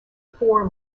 four